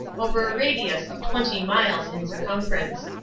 over a radius of twenty miles in circumference.